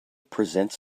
presents